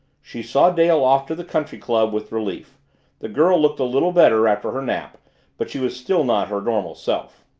she saw dale off to the country club with relief the girl looked a little better after her nap but she was still not her normal self.